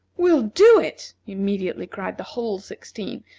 we'll do it! immediately cried the whole sixteen,